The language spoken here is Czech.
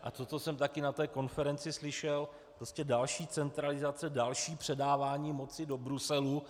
Co jsem také na té konferenci slyšel, prostě další centralizace, další předávání moci do Bruselu.